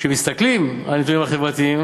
כשמסתכלים על הנתונים החברתיים